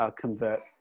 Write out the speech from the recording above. convert